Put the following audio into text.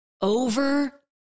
over